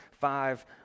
five